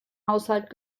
haushalt